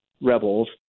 rebels